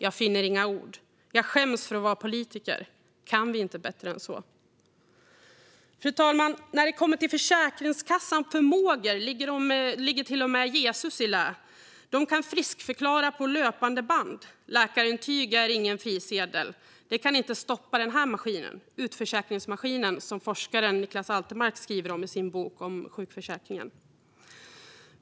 Jag finner inga ord. Jag skäms över att vara politiker. Kan vi inte bättre än så här? Fru talman! När det kommer till Försäkringskassans förmågor ligger till och med Jesus i lä. De kan friskförklara på löpande band. Läkarintyg är ingen frisedel. Det kan inte stoppa den här utförsäkringsmaskinen, som forskaren Niklas Altermark skriver om i sin bok Avslagsmaskinen.